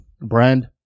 brand